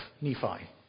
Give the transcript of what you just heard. Nephi